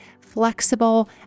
flexible